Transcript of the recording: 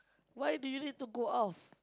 why do you need to go off